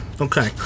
Okay